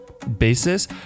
Basis